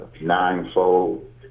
ninefold